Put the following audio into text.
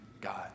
God